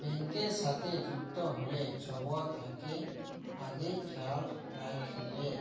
ব্যাংকের সাথে যুক্ত হ্যলে ছব থ্যাকে আগে খেয়াল রাইখবেক